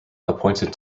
appointed